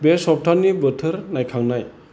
बे सप्ताहनि बोथोर नायखांनाय